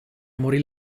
morì